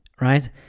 right